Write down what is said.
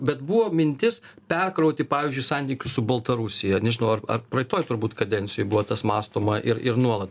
bet buvo mintis perkrauti pavyzdžiui santykius su baltarusija nežinau ar ar praeitoj turbūt kadencijoj buvo tas mąstoma ir ir nuolat